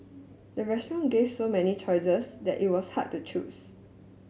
the restaurant gave so many choices that it was hard to choose